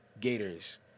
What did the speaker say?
Gators